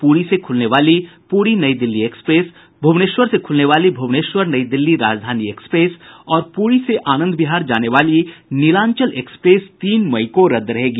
पुरी से खुलने पुरी नई दिल्ली एक्सप्रेस भुवनेश्वर से खुलने वाली भुवनेश्वर नई दिल्ली राजधानी एक्सप्रेस और पुरी से आनंद विहार जाने वाली नीलांचल एक्सप्रेस तीन मई को रद्द रहेगी